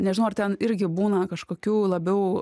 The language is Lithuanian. nežinau ar ten irgi būna kažkokių labiau